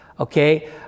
Okay